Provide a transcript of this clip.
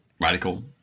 radical